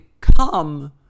come